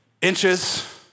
inches